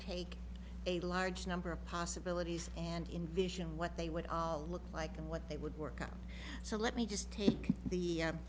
take a large number of possibilities and invision what they would all look like and what they would work out so let me just take the